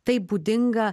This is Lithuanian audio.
tai būdinga